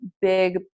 big